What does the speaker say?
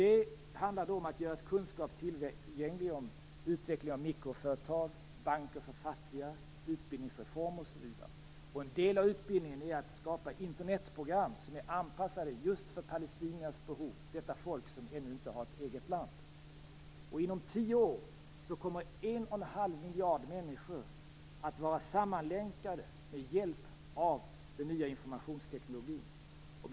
Det handlar om att göra kunskap tillgänglig om utveckling av mikroföretag, banker för fattiga, utbildningsreformer osv. En del av utbildningen är att skapa Internetprogram som är anpassade just för palestiniernas behov - detta folk som ännu inte har ett eget land. Inom tio år kommer en och en halv miljard människor att vara sammanlänkade med hjälp av den nya informationstekniken.